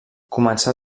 començà